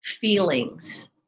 feelings